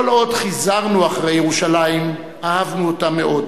כל עוד חיזרנו אחרי ירושלים, אהבנו אותה מאוד,